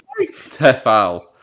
Tefal